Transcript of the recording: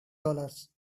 dollars